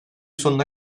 sonuna